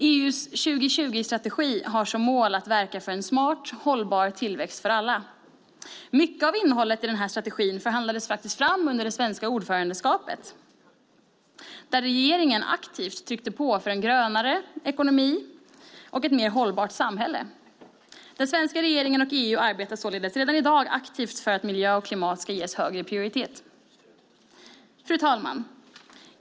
EU:s 2020-strategi har som mål att verka för en smart, hållbar tillväxt för alla. Mycket av innehållet i denna strategi förhandlades faktiskt fram under det svenska ordförandeskapet, då regeringen aktivt tryckte på för en grönare ekonomi och ett mer hållbart samhälle. Den svenska regeringen och EU arbetar således redan i dag aktivt för att miljö och klimat ska ges högre prioritet. Fru talman!